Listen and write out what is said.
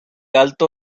alto